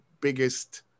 biggest